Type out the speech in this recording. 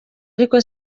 ariko